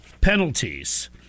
penalties